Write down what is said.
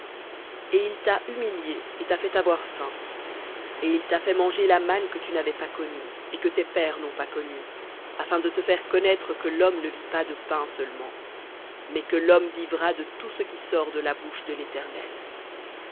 et il t'a humilié et t'a fait avoir faim et il t'a fait manger la manne que tu n'avais pas connue et que tes pères n'ont pas connue afin de te faire connaître que l'homme ne vit pas de pain seulement mais que l'homme vivra de tout ce qui sort de la bouche de l'éternel